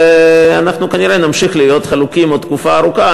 אנחנו כנראה נמשיך להיות חלוקים עוד תקופה ארוכה.